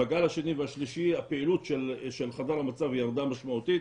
בגל השני והשלישי הפעילות של חדר המצב ירדה משמעותית,